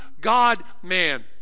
God-man